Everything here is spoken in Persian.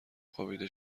خوابیده